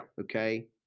okay